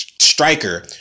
striker